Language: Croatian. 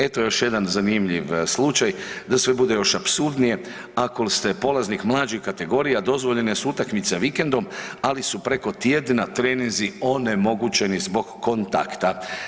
Eto još jedan zanimljiv slučaj, da se sve bude još apsurdnije, ako ste polaznik mlađih kategorija, dozvoljene su utakmice vikendom ali su preko tjedna treninzi onemogućeni zbog kontakta.